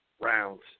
rounds